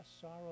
sorrow